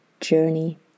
journey